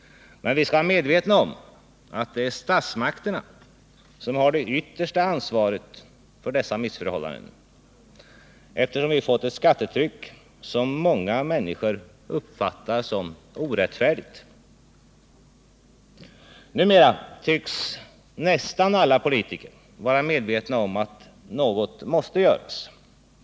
Men vi skall vara medvetna om att det är statsmakterna som har det yttersta ansvaret för dessa missförhållanden, eftersom vi fått ett skattetryck som många människor uppfattar som orättfärdigt. Numera tycks nästan alla politiker vara medvetna om att något måste göras.